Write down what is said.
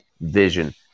Vision